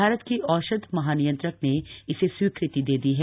भारत के औषध महानियंत्रक ने इसे स्वीकृति दे दी है